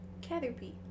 Caterpie